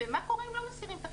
ומה קורה אם לא מסירים חסימה.